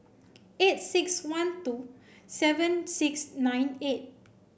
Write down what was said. eight six one two seven six nine eight